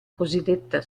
cosiddetta